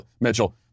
Mitchell